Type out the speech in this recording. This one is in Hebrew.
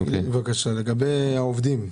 לגבי העובדים.